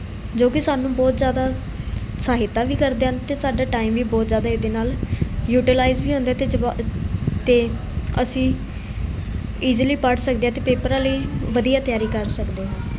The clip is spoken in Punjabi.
ਜੋ ਕਿ ਸਾਨੂੰ ਬਹੁਤ ਜ਼ਿਆਦਾ ਸਹਾਇਤਾ ਵੀ ਕਰਦੇ ਹਨ ਅਤੇ ਸਾਡਾ ਟਾਈਮ ਵੀ ਬਹੁਤ ਜ਼ਿਆਦਾ ਇਹਦੇ ਨਾਲ ਯੂਟੀਲਾਈਜ ਵੀ ਹੁੰਦਾ ਅਤੇ ਜਵਾ ਅਤੇ ਅਸੀਂ ਇਜੀਲੀ ਪੜ੍ਹ ਸਕਦੇ ਅਤੇ ਪੇਪਰਾਂ ਲਈ ਵਧੀਆ ਤਿਆਰੀ ਕਰ ਸਕਦੇ ਹਾਂ